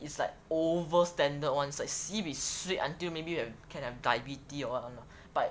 it's like over standard ones like sibeh sweet until maybe you can have diabetes or what [one] but